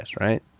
Right